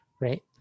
right